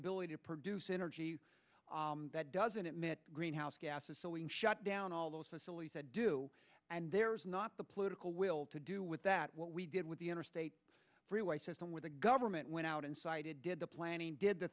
ability to produce energy that doesn't admit greenhouse gases so when shut down all those facilities that do and there's not the political will to do with that what we did with the interstate freeway system where the government went out and cited did the planning did the